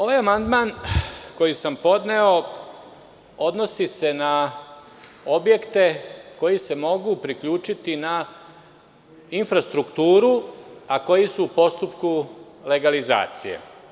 Ovaj amandman koji sam podneo odnosi se na objekte koji se mogu priključiti na infrastrukturu, a koji su u postupku legalizacije.